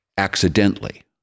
Accidentally